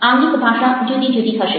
આંગિક ભાષા જુદી જુદી હશે